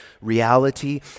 reality